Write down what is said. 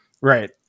Right